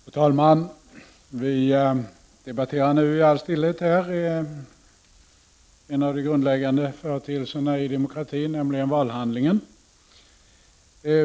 Fru talman! Vi debatterar nu i all stillsamhet en av de grundläggande företeelserna i en demokrati, nämligen valhandlingen.